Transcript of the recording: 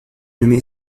nommé